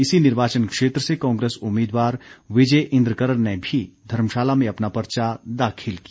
इसी निर्वाचन क्षेत्र से कांग्रेस उम्मीदवार विजय इन्द्र कर्ण ने भी धर्मशाला में अपना पर्चा दाखिल किया